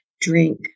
drink